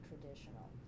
traditional